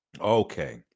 Okay